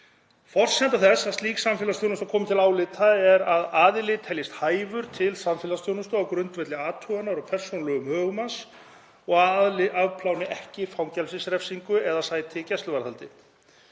Forsenda þess að slík samfélagsþjónusta komi til álita er að aðili teljist hæfur til samfélagsþjónustu á grundvelli athugunar á persónulegum högum hans og að aðili afpláni ekki fangelsisrefsingu eða sæti gæsluvarðhaldi.